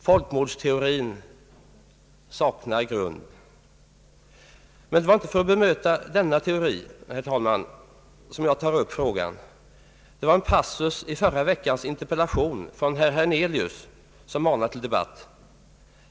Folkmordsteorin saknar grund! Men det var inte för att bemöta denna teori, herr talman, som jag begärt ordet. Det var en passus i förra veckans interpellation från herr Hernelius som manar till debatt.